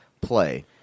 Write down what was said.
play